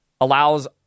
allows